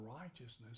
righteousness